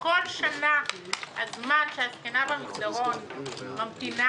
שכל שנה הזמן שהזקנה במסדרון ממתינה,